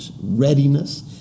readiness